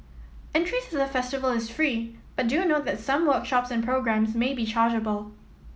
entries to the festival is free but do note that some workshops and programmes may be chargeable